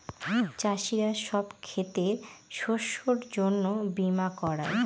চাষীরা সব ক্ষেতের শস্যের জন্য বীমা করায়